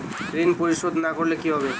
ঋণ পরিশোধ না করলে কি হবে?